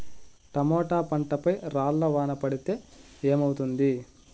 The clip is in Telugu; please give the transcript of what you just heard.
టమోటా పంట పై రాళ్లు వాన పడితే ఏమవుతుంది?